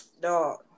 dog